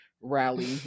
rally